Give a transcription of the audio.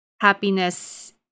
happiness